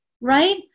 Right